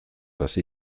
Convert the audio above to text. hasi